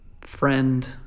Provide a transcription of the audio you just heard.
friend